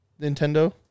Nintendo